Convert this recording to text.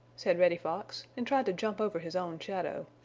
said reddy fox, and tried to jump over his own shadow.